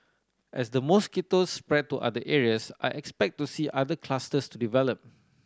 as the mosquitoes spread to other areas I expect to see other clusters to develop